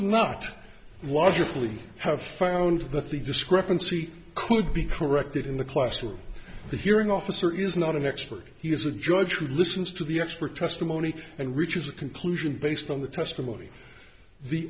logically have found that the discrepancy could be corrected in the classroom the hearing officer is not an expert he is a judge who listens to the expert testimony and reaches a conclusion based on the testimony